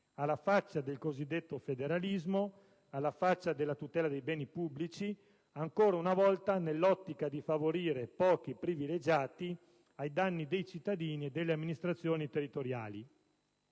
Alla faccia del cosiddetto federalismo, alla faccia della tutela dei beni pubblici, ancora una volta nell'ottica di favorire pochi privilegiati, ai danni dei cittadini e delle amministrazioni territoriali!